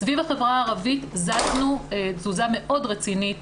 סביב החברה הערבית זזנו תזוזה מאוד רצינית.